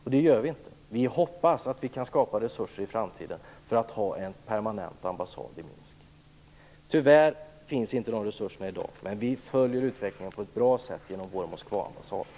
Men det kan vi inte. Vi hoppas att vi i framtiden kan skapa resurser för att ha en permanent ambassad i Minsk. Tyvärr finns inte de resurserna i dag, men vi följer utvecklingen på ett bra sätt genom vår Moskvaambassad.